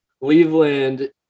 Cleveland